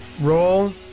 Roll